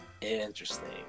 Interesting